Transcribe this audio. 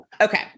Okay